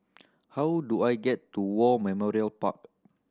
how do I get to War Memorial Park